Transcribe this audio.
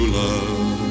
love